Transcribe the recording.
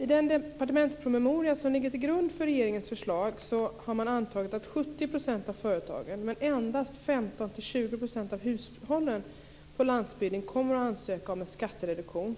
I den departementspromemoria som ligger till grund för regeringens förslag har man antagit att 70 % av företagen, men endast 15-20 % av hushållen på landsbygden kommer att ansöka om en skattereduktion,